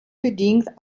bedingt